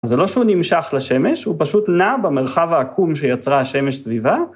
זה לא שהוא נמשך לשמש, הוא פשוט נע במרחב העקום שיצרה השמש סביבה.